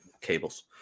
cables